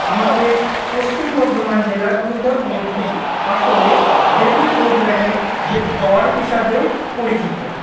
আমাদের পশ্চিম বর্ধমান জেলার দুর্গাপুরটি আসলে দেবী চৌধুরানীর গড় হিসাবেও পরিচিত